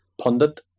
pundit